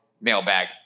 mailbag